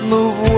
Move